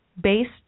based